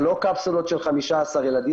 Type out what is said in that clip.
זה לא קפסולות של 15 ילדים,